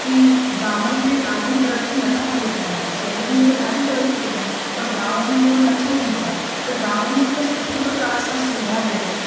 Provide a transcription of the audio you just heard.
की गांवनि में ॾाढी तरक़ी नथा करे पइनि शहरनि में त ॾाढी तरकी कई अथनि पर गांव में उहा नथो थी पाए त गांव में हिकु सुठी प्रकार सां सुविधा ॾियनि